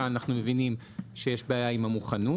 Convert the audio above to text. כאן אנו מבינים שיש בעיה עם המוכנות,